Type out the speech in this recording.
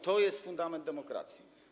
To jest fundament demokracji.